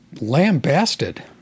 lambasted